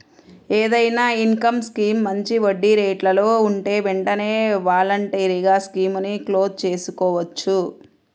ఏదైనా income scheme మంచి వడ్డీరేట్లలో ఉంటే వెంటనే వాలంటరీగా స్కీముని క్లోజ్ చేసుకోవచ్చు